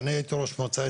אני הייתי ראש מועצה,